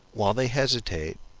while they hesitate,